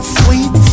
sweet